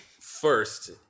first